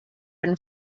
been